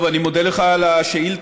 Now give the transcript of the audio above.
טוב, אני מודה לך על השאילתה,